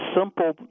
simple